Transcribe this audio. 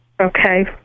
Okay